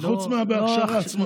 חוץ מההכשרה עצמה.